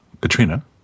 Katrina